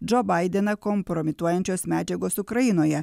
džo baideną kompromituojančios medžiagos ukrainoje